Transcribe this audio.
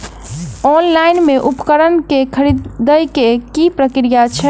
Online मे उपकरण केँ खरीदय केँ की प्रक्रिया छै?